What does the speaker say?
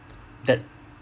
that